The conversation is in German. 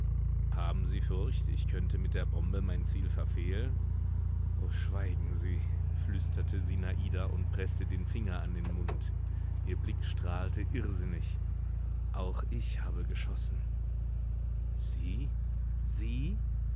haben sie furcht ich könnte mit der bombe mein ziel verfehlen o schweigen sie flüsterte sinada und preßte den finger an den mund ihr blick strahlte irrsinnig auch ich habe geschossen sie sie